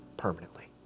permanently